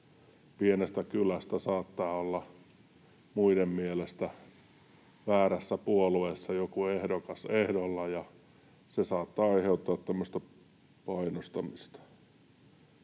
Pienestä kylästä saattaa olla joku ehdokas muiden mielestä väärässä puolueessa ehdolla, ja se saattaa aiheuttaa tämmöistä painostamista.